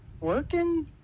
Working